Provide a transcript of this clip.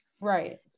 right